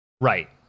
Right